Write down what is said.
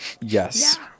yes